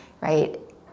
right